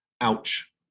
ouch